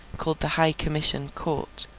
called the high commission court,